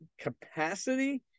capacity